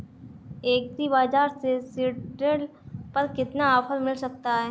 Agree बाजार से seed drill पर कितना ऑफर मिल सकता है?